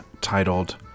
titled